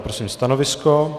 Prosím stanovisko?